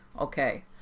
okay